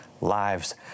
lives